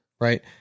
Right